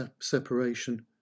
separation